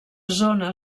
zona